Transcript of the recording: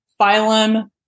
phylum